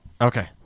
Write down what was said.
Okay